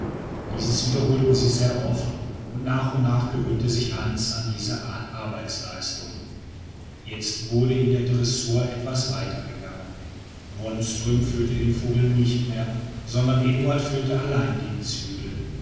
dies wiederholten sie sehr oft und nach und nach gewöhnte sich hans an diese art arbeitsleistung jetzt wurde in der dressur etwas weiter gegangen wonström führte den vogel nicht mehr sondern eduard führte allein den zügel